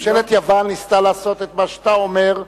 ממשלת יוון ניסתה לעשות את מה שאתה אומר,